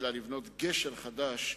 אלא לבנות גשר חדש,